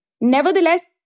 Nevertheless